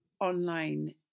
online